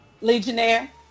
Legionnaire